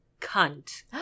cunt